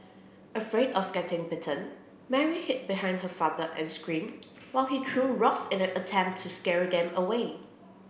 afraid of getting bitten Mary hid behind her father and screamed while he threw rocks in an attempt to scare them away